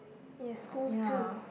yes schools too